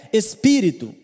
espírito